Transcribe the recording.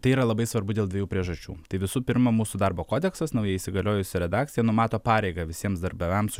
tai yra labai svarbu dėl dviejų priežasčių tai visų pirma mūsų darbo kodeksas naujai įsigaliojusi redakcija numato pareigą visiems darbdaviams